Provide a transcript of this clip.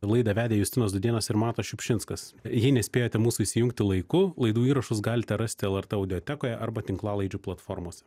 laidą vedė justinas dudėnas ir matas šiupšinskas jei nespėjate mūsų įsijungtų laiku laidų įrašus galite rasti lrt audiotekoje arba tinklalaidžių platformose